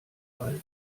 alt